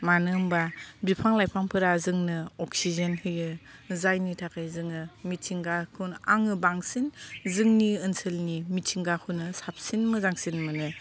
मानो होनब्ला बिफां लाइफांफोरा जोंनो अक्सिजेन होयो जायनि थाखाय जोङो मिथिंगाखौन आङो बांसिन जोंनि ओनसोलनि मिथिंगाखौनो साबसिन मोजांसिन मोनो